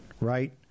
right